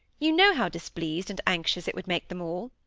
you know how displeased and anxious it would make them all